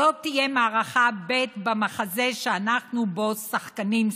זו תהיה מערכה ב' במחזה שאנחנו בו שחקנים,